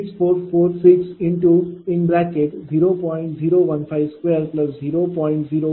तर इथे PLoss10